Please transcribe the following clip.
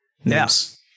Yes